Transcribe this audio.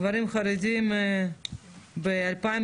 גברים חרדים ב-2020,